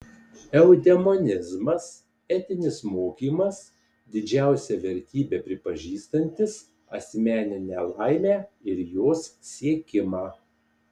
eudemonizmas etinis mokymas didžiausia vertybe pripažįstantis asmeninę laimę ir jos siekimą